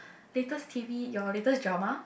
latest t_v your latest drama